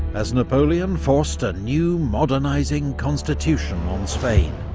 as napoleon forced a new, modernising constitution on spain,